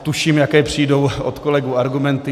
Tuším, jaké přijdou od kolegů argumenty.